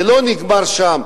זה לא נגמר שם,